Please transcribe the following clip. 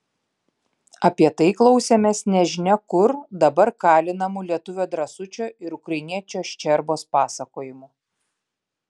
apie tai klausėmės nežinia kur dabar kalinamų lietuvio drąsučio ir ukrainiečio ščerbos pasakojimų